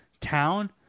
town